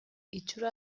itxura